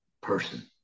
person